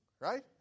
Right